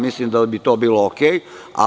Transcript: Mislim da bi to bilo dobro.